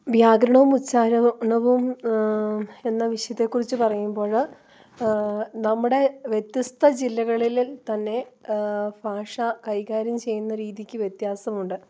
വ്യാകരണവും ഉച്ചാരണവും എന്ന വിഷയത്തെ കുറിച്ചു പറയുമ്പോൾ നമ്മുടെ വ്യത്യസ്ത ജില്ലകളിൽ തന്നെ ഭാഷ കൈകാര്യം ചെയ്യുന്ന രീതിക്ക് വ്യത്യാസമുണ്ട്